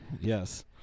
yes